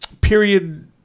period